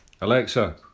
Alexa